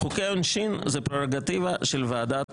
חוקי עונשין הם פררוגטיבה של ועדת החוקה,